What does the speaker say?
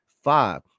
five